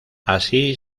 así